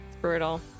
brutal